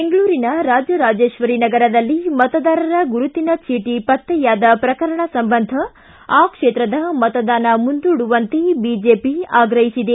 ಬೆಂಗಳೂರಿನ ರಾಜರಾಜೇಶ್ವರಿ ನಗರದಲ್ಲಿ ಮತದಾರರ ಗುರುತಿನ ಚೀಟಿ ಪತ್ತೆಯಾದ ಪ್ರಕರಣ ಸಂಬಂಧ ಆ ಕ್ಷೇತ್ರದ ಮತದಾನ ಮುಂದೂಡುವಂತೆ ಬಿಜೆಪಿ ಆಗ್ರಹಿಸಿದೆ